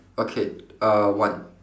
okay uh one